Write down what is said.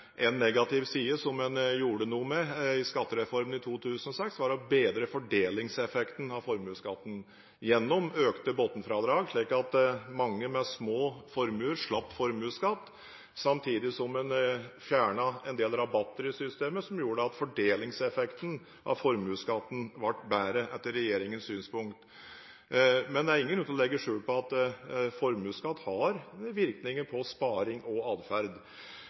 negativ side, som en gjorde noe med i skattereformen i 2006, var å bedre fordelingseffekten av formuesskatten gjennom økte bunnfradrag, slik at mange med små formuer slapp formuesskatt, samtidig som en fjernet en del rabatter i systemet som gjorde at fordelingseffekten av formuesskatten ble bedre, etter regjeringens synspunkt. Men det er ingen grunn til å legge skjul på at formuesskatt har virkninger på sparing og atferd.